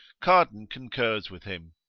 cardan concurs with him,